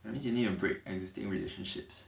that means you need a break existing relationships